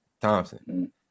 thompson